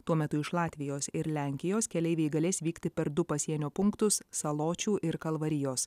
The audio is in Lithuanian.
tuo metu iš latvijos ir lenkijos keleiviai galės vykti per du pasienio punktus saločių ir kalvarijos